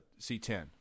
c10